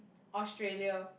Australia